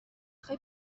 خوای